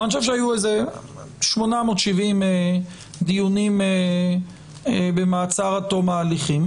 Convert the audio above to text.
אני חושב שהיו איזה 870 דיונים במעצר עד תום ההליכים.